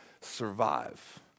survive